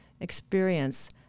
experience